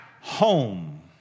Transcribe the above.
home